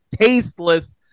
tasteless